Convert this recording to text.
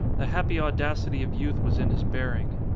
the happy audacity of youth was in his bearing.